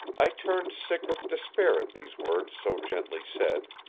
i turned sick with despair at these words so gently said,